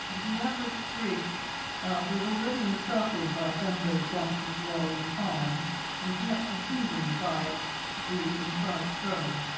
ginevra's sprig was already encircled by bembo's branches of laurel and palm and connected to them by the inscribed scroll.